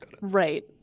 Right